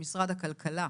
ממשרד הכלכלה,